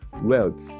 wealth